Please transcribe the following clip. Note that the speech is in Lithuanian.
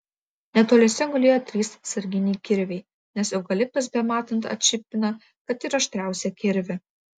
netoliese gulėjo trys atsarginiai kirviai nes eukaliptas bematant atšipina kad ir aštriausią kirvį